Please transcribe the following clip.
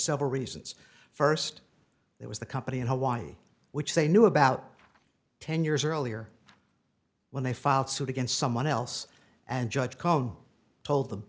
several reasons st there was the company in hawaii which they knew about ten years earlier when they filed suit against someone else and judge calm told them